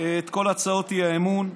את כל הצעות האי-אמון.